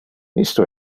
isto